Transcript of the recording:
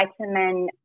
vitamin